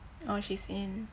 oh she's in